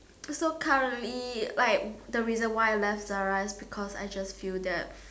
so currently like the reason why I left Zara because I just feel that